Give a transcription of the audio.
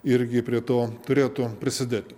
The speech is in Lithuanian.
irgi prie to turėtų prisidėti